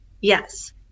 Yes